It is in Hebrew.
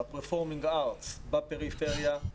ה-performing art בפריפריה,